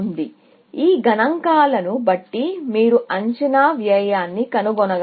కాబట్టి ఈ గణాంకాలను బట్టి మీరు అంచనా వ్యయాన్ని కనుగొనగలరా